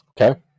Okay